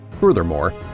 Furthermore